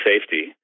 safety